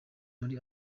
muri